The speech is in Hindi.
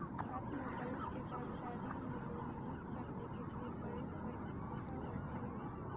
भारत में बैंक के कर्मचारी मनोनीत करने के लिए बैंक परीक्षा होती है